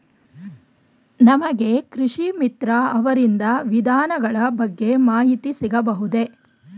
ನಮಗೆ ಕೃಷಿ ಮಿತ್ರ ಅವರಿಂದ ವಿಧಾನಗಳ ಬಗ್ಗೆ ಮಾಹಿತಿ ಸಿಗಬಹುದೇ?